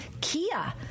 Kia